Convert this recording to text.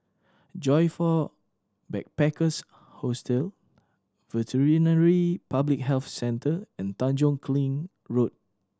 Joyfor Backpackers' Hostel Veterinary Public Health Centre and Tanjong Kling Road